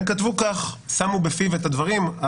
והם כתבו כך, שמו בפיו את הדברים.